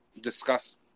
discuss